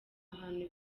hantu